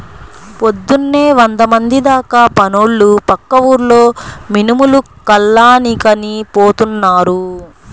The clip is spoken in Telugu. పొద్దున్నే వందమంది దాకా పనోళ్ళు పక్క ఊర్లో మినుములు కల్లానికని పోతున్నారు